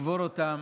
לקבור אותם